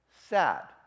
sad